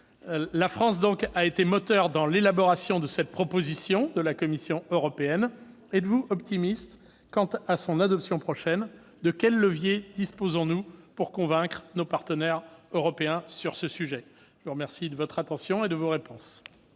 la France a été un moteur dans l'élaboration de cette proposition de la Commission européenne. Êtes-vous optimiste quant à son adoption prochaine ? De quels leviers disposons-nous pour convaincre nos partenaires européens sur ce sujet ? La parole est à M. le président